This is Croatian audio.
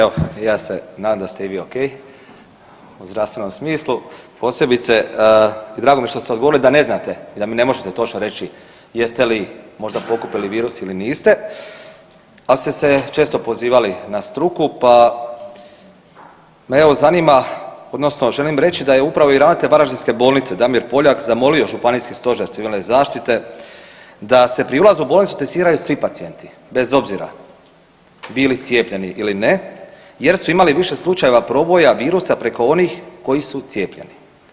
Evo, ja se nadam da i vi ok u zdravstvenom smislu, posebice i drago mi je da ste odgovorili da ne znate i da mi ne možete točno reći jeste li možda pokupili virus ili niste, al ste se često pozivali na struku, pa me evo zanima odnosno želim reći da je upravo i ravnatelj varaždinske bolnice Damir Poljak zamolio Županijski stožer civilne zaštite da se prilazu u bolnicu testiraju svi pacijenti bez obzira bili cijepljeni ili ne jer su imali više slučajeva proboja virusa preko onih koji su cijepljeni.